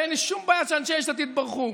ואין לי שום בעיה שאנשי יש עתיד ברחו.